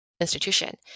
Institution